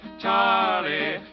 Charlie